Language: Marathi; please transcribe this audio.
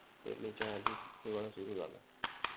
पेरणीच्या आधीच हिवाळा सुरू झाला